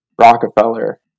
Rockefeller